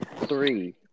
Three